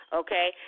okay